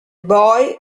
boy